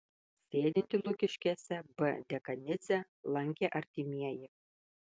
sėdintį lukiškėse b dekanidzę lankė artimieji